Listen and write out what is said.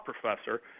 professor